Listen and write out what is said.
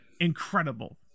incredible